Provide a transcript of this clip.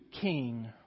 king